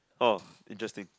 oh interesting